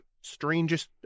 Strangest